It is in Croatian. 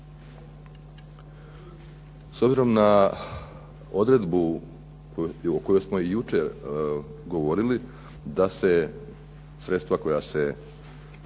s obzirom na odredbu o kojoj smo i jučer govorili da se sredstva koja se